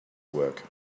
work